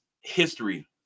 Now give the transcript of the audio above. history